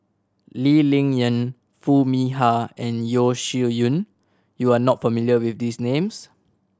Lee Ling Yen Foo Mee Har and Yeo Shih Yun you are not familiar with these names